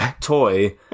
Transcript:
toy